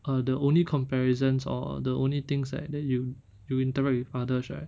uh the only comparisons or the only things that they you you interact with others right